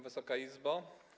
Wysoka Izbo!